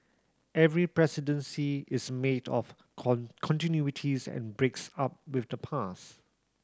every presidency is made up of continuities and breaks up with the past